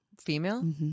female